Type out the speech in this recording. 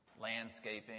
landscaping